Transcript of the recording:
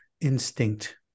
instinct